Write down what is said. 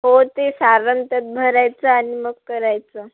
हो ते सारण त्यात भरायचं आणि मग करायचं